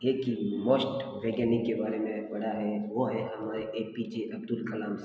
एक ही मोस्ट वैज्ञानिक के बारे में पढ़ा है वो हैं हमारे A P J Abdul Kalam साहब